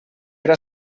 era